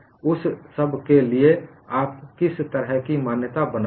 उस सब के लिए आपने किस तरह की मान्यता बनाई है